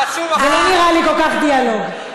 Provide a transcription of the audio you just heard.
למה לא היום?